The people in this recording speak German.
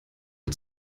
der